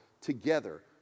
together